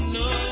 no